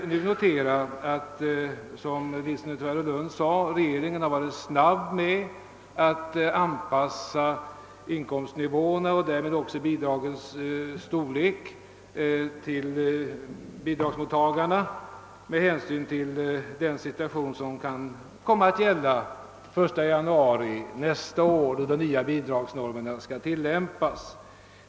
Vi kan notera — vilket även herr Nilsson i Tvärålund påpekade — att régeringen varit snabb när det gällt att anpassa inkomstnivåerna och därmed också bidragens storlek till: bidragsmottagarna med hänsyn till den situation som kan komma ati gälla den 1 januari nästa år då de nya bidragsnormerna skall tillämpas.